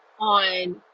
on